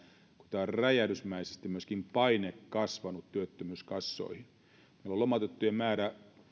on räjähdysmäisesti myöskin paine kasvanut työttömyyskassoihin meillä on lomautettujen määrä